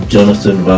Jonathan